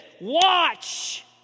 Watch